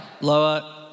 Lower